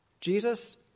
Jesus